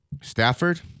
Stafford